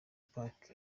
park